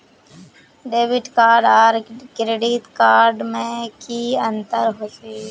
Debit card आर credit card में की अंतर होचे?